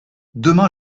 demain